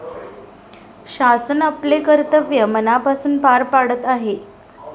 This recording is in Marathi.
शासन आपले कर्तव्य मनापासून पार पाडत आहे